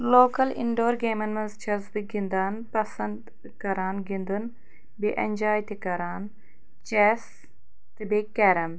local indoor گیمَن منٛز چھَس بہٕ گِنٛدان پَسَنٛد کَران گِنٛدُن بیٚیہِ اٮ۪نجاے تہِ کَران چٮ۪س تہٕ بیٚیہِ کیرَم